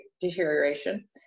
deterioration